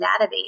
database